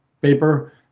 paper